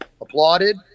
applauded